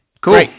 Cool